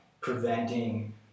preventing